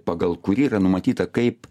pagal kurį yra numatyta kaip